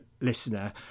listener